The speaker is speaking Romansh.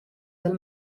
dal